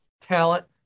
Talent